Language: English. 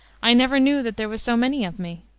i never knew that there was so many of me.